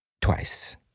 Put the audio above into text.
twice